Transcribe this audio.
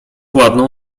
ładną